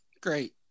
Great